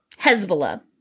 Hezbollah